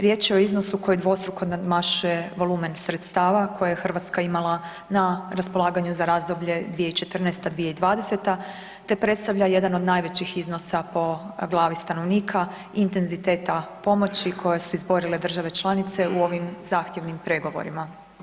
Riječ je o iznosu koji dvostruko nadmašuje volumen sredstava koje je Hrvatska imala na raspolaganju za razdoblje 2014.-2020., te predstavlja jedan od najvećih iznosa po glavi stanovnika i intenziteta pomoći koje su izborile države članice u ovim zahtjevnim pregovorima.